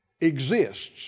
exists